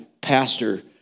pastor